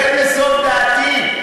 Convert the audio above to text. רד לסוף דעתי,